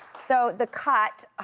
so the cut, ah